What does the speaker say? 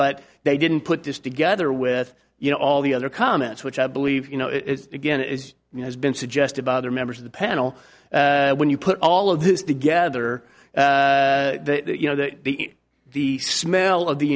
but they didn't put this together with you know all the other comments which i believe you know it's again is and has been suggested by other members of the panel when you put all of this together you know that the smell of the